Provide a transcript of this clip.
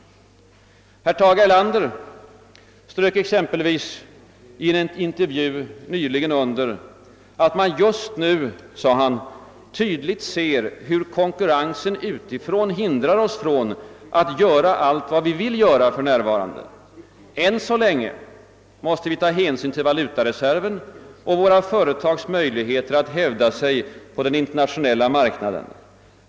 Herr Erlander underströk t.ex. nyligen i en intervju att man just nu tydligt ser hur konkurrensen utifrån hindrar oss ifrån allt vad vi vill göra för närvarande. Än så länge måste vi ta hänsyn till valutareserven och våra företags möjligheter att hävda sig på den internationella marknaden.